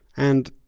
and,